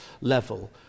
level